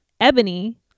Ebony